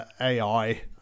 AI